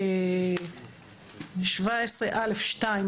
בסעיף 17א(2)